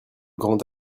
grand